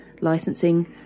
licensing